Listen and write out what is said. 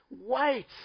wait